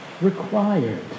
required